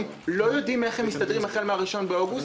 לא יודעות איך הן מסתדרות החל מה-1 באוגוסט.